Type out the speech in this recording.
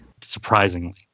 surprisingly